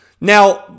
Now